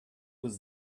was